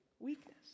Weakness